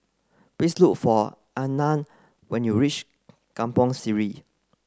please look for Arnav when you reach Kampong Sireh